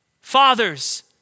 Fathers